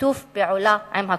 בשיתוף פעולה עם הקופות.